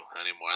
anymore